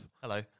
hello